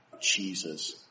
Jesus